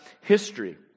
history